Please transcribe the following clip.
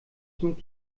zum